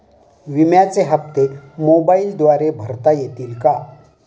विम्याचे हप्ते मोबाइलद्वारे भरता येतील का?